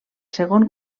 segon